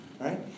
Right